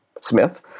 Smith